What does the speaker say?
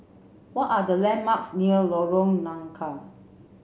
what are the landmarks near Lorong Nangka